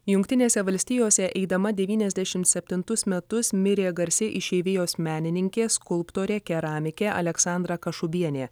jungtinėse valstijose eidama devyniasdešimt septintus metus mirė garsi išeivijos menininkė skulptorė keramikė aleksandra kašubienė